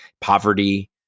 poverty